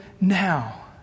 now